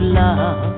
love